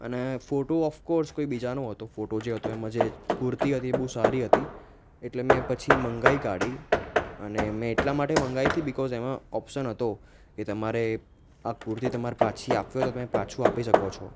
અને photo of course કોઈ બીજાનો હતો ફોટો જે હતો એમાં જે કુર્તી હતી એ બહુ સારી હતી એટલે મેં પછી મંગાવી કાઢી અને મેં એટલા માટે મંગાવી હતી બીકોઝ એમાં ઓપ્શન હતો કે તમારે આ કુર્તી તમારે પાછી આપવી હોય તો તમે પાછું આપી શકો છો